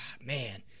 Man